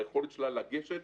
ביכולת שלה לגשת